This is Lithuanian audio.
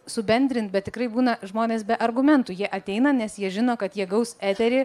subendrint bet tikrai būna žmonės be argumentų jie ateina nes jie žino kad jie gaus eterį